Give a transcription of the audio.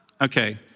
Okay